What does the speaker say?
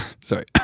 sorry